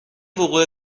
وقوع